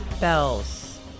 Bells